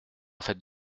faites